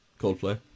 Coldplay